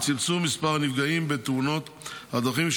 וכתוצאה מכך לצמצום מספר הנפגעים בתאונות הדרכים,